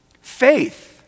Faith